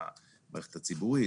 במערכת הציבורית,